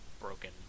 broken